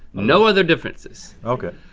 no other differences. okay.